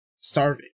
starving